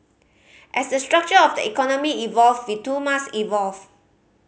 as the structure of the economy evolve we too must evolve